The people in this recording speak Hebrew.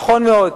נכון מאוד.